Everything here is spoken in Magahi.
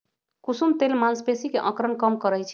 कुसुम तेल मांसपेशी के अकड़न कम करई छई